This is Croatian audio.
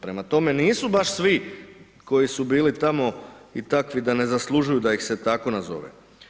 Prema tome, nisu baš svi koji su bili tamo i takvi da ne zaslužuju da ih se tako nazove.